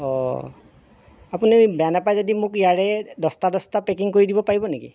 অ' আপুনি বেয়া নেপায় যদি মোক ইয়াৰে দছটা দছটা পেকিং কৰি দিব পাৰিব নিকি